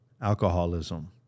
alcoholism